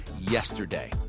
yesterday